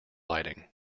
lighting